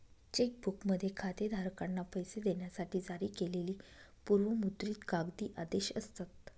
check बुकमध्ये खातेधारकांना पैसे देण्यासाठी जारी केलेली पूर्व मुद्रित कागदी आदेश असतात